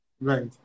Right